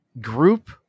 group